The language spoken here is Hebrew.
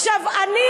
עכשיו, אני